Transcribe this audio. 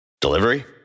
Delivery